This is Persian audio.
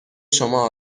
شما